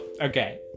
okay